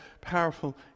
powerful